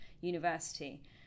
University